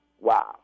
Wow